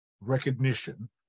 recognition